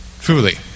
Truly